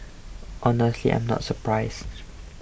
honestly I am not surprised